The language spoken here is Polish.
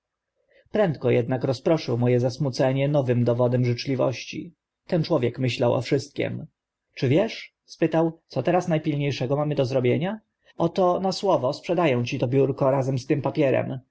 prędko ednak rozproszył mo e zasmucenie nowym dowodem życzliwości ten człowiek myślał o wszystkim czy wiesz spytał co teraz mamy na pilnie szego do zrobienia oto na słowo sprzeda ę ci to biurko razem z tym papierem